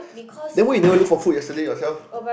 then why you never look for food yesterday yourself